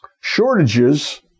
Shortages